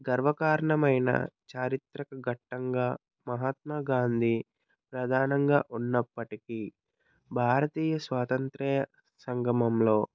గర్వకారణమైన చారిత్రక ఘట్టంగా మహాత్మా గాంధీ ప్రధానంగా ఉన్నప్పటికీ భారతీయ స్వాతంత్రియ సంఘమములో